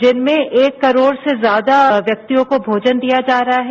जिनमें एक करोड़ से ज्यादा व्यक्तियों को भोजन दिया जा रहा है